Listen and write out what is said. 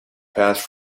passed